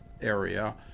area